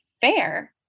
fair